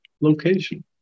location